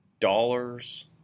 dollars